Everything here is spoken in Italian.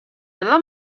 della